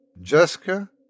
Jessica